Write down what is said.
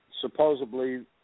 Supposedly